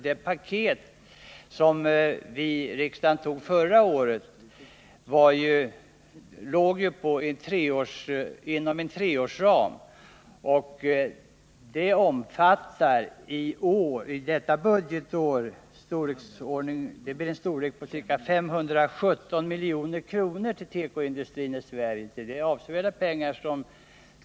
Det paket för tekoindustrin i Sverige som riksdagen fattade beslut om förra året låg inom en treårsram, och för detta budgetår omfattar det ca 517 miljoner. Staten stöder alltså tekoindustrin med avsevärda belopp.